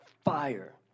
fire